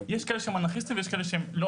שיש כאלה שהם אנרכיסטים ויש כאלה שלא,